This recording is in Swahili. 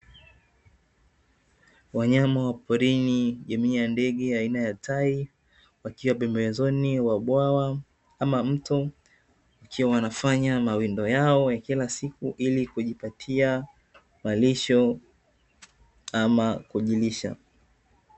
Wanyama wa porini jamii ya ndege aina ya tai wakiwa pembezoni mwa bwawa ama mto wakiwa wanafanya mawindo yao ya kila siku ili kujipatia malisho ama kujulisha.